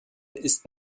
ist